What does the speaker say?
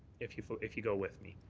if you so if you go with me.